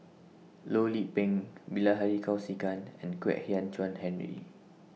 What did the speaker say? Loh Lik Peng Bilahari Kausikan and Kwek Hian Chuan Henry